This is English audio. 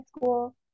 school